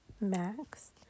Max